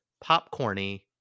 popcorn-y